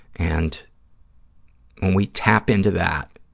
and when we tap in to that,